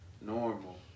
normal